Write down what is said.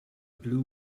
blue